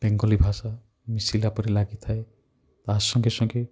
ବଙ୍ଗଳା ଭାଷା ମିଶିଲା ପରି ଲାଗିଥାଏ ବା ସଙ୍ଗେ ସଙ୍ଗେ